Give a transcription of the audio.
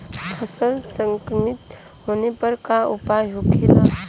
फसल संक्रमित होने पर क्या उपाय होखेला?